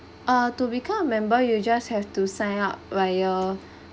uh to become a member you just have to sign up via